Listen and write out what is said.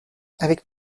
avec